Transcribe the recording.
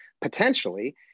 potentially